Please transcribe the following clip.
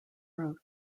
growth